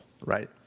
right